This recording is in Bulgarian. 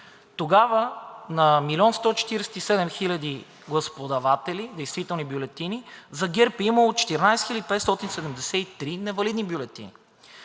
Тогава на 1 млн. 147 хил. гласоподаватели, действителни бюлетини – за ГЕРБ е имало 14 573 невалидни бюлетини.